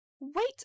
Wait